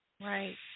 right